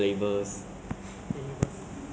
ah start of poly 过后 ah